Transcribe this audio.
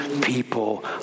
people